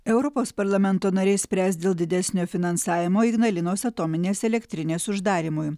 europos parlamento nariai spręs dėl didesnio finansavimo ignalinos atominės elektrinės uždarymui